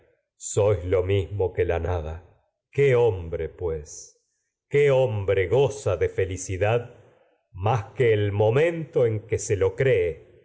en lo mismo que la qué hombre qué hombre lo goza de felicidad seguida sino oh más que el momento tu que se a cree